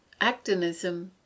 Actinism